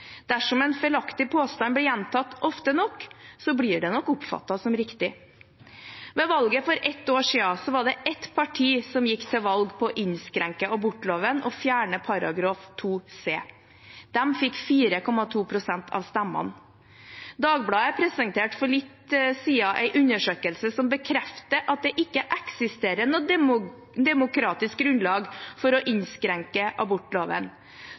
Dersom en feilaktig påstand blir gjentatt ofte nok, blir det nok oppfattet som riktig. Ved valget for et år siden var det ett parti som gikk til valg på å innskrenke abortloven og fjerne § 2 c. De fikk 4,2 pst. av stemmene. Dagbladet presenterte for litt siden en undersøkelse som bekrefter at det ikke eksisterer noe demokratisk grunnlag for å innskrenke abortloven.